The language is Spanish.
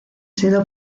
sido